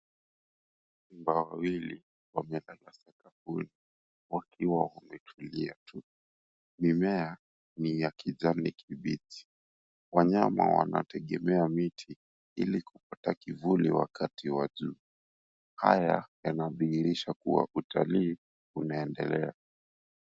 Simba wawili wamelala sakafuni wakiwa wametulia tu. Mimea ni ya kijani kibichi. Wanyama wanategemea miti ili kupata kivuli wakati wa jua. Haya yanadhihirisha kuwa utalii unaendelea.